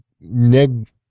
neg